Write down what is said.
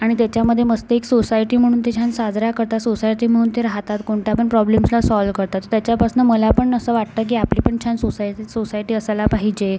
आणि त्याच्यामधे मस्त एक सोसायटी म्हणून ते छान साजरा करतात सोसायटी म्हणून ते राहतात कोणता पण प्रॉब्लेम त्या सॉल करतात त्याच्यापासून मला पण असं वाटतं की आपली पण छान सोसायटी सोसायटी असायला पाहिजे